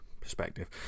perspective